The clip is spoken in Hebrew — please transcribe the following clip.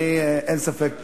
אין ספק פה,